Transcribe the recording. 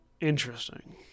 Interesting